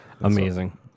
Amazing